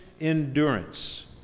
endurance